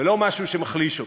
ולא משהו שמחליש אותו.